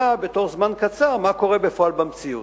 שנדע בתוך זמן קצר מה קורה בפועל במציאות.